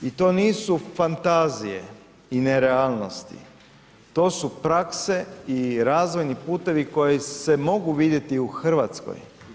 I to nisu fantazije i nerealnosti, to su prakse i razvojni putevi koji se mogu vidjeti u Hrvatskoj.